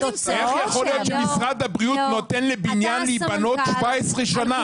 איך יכול להיות שמשרד הבריאות נותן לבניין להבנות 17 שנה?